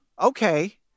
Okay